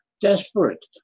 desperate